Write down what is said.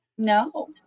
No